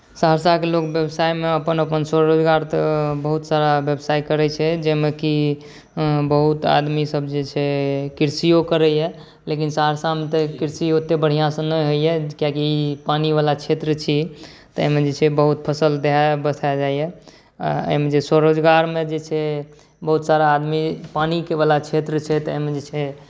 सहरसाके लोक व्यवसायमे अपन अपन रोजगार तऽ बहुत सारा व्यवसाय करै छै जाहिमे कि बहुत आदमी सभ जे छै कृषियो करैया लेकिन सहरसामे तऽ कृषि ओते बढ़िऑं सँ नहि होइया किएकि पानि वाला क्षेत्र छी ई तऽ एहिमे जे छै बहुत फसल खाय जाइया एहिमे जे स्वरोजगारमे जे छै बहुत सारा आदमी पानी वाला क्षेत्र छै तऽ एहिमे जे छै